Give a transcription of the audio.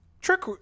Trick